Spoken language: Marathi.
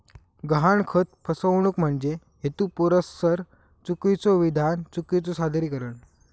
गहाणखत फसवणूक म्हणजे हेतुपुरस्सर चुकीचो विधान, चुकीचो सादरीकरण